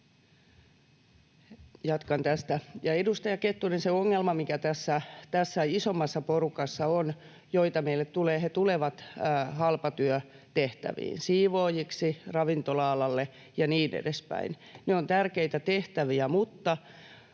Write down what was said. Jatkan tästä. — Ja edustaja Kettunen, se ongelma, mikä tässä isommassa porukassa on, joka meille tulee, on se, että he tulevat halpatyötehtäviin — siivoojiksi, ravintola-alalle ja niin edespäin. Ne ovat tärkeitä tehtäviä, mutta